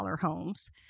homes